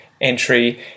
entry